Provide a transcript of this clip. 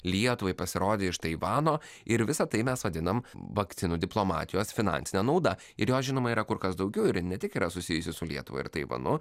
lietuvai pasirodė iš taivano ir visa tai mes vadinam vakcinų diplomatijos finansine nauda ir jos žinoma yra kur kas daugiau ir ne tik yra susijusi su lietuva ir taivanu